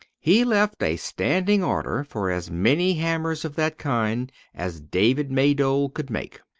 he left a standing order for as many hammers of that kind as david maydole could make.